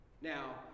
Now